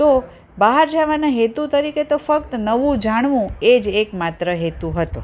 તો બહાર જવાના હેતુ તરીકે તો ફક્ત નવું જાણવું એ જ એકમાત્ર હેતુ હતો